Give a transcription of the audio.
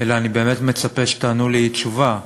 אלא אני באמת מצפה שתיתנו לי תשובה: